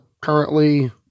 currently